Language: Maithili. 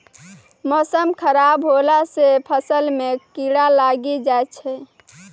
मौसम खराब हौला से फ़सल मे कीड़ा लागी जाय छै?